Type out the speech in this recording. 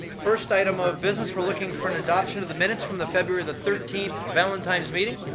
first item of business, we're looking for an adoption of the minutes from the february the thirteenth valentine's meeting.